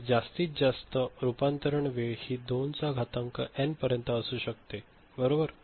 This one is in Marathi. तर जास्तीत जास्त रूपांतरण वेळ हि 2 चा घातांक एन पर्यंत असू शकते बरोबर